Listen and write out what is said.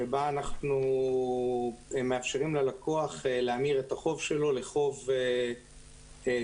שבה אנחנו מאפשרים ללקוח להמיר את החוב שלו לחוב שקלי,